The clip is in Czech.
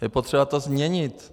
Je potřeba to změnit.